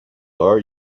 are